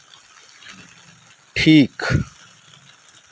ᱴᱷᱤᱠ